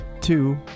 two